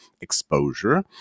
exposure